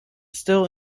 still